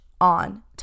on